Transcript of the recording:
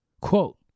Quote